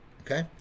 okay